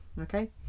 okay